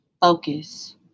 focus